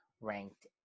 ranked